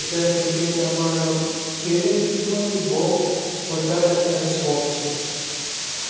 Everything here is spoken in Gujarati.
અત્યારે ક્રિકેટના પણ ક્રિકેટની ફિલ્ડમાં બહુ વધારે અત્યારે સ્કોપ છે